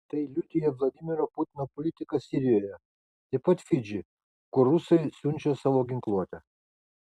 tai liudija vladimiro putino politika sirijoje taip pat fidži kur rusai siunčia savo ginkluotę